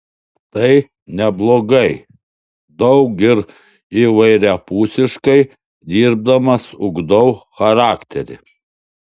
tai neblogai daug ir įvairiapusiškai dirbdamas ugdau charakterį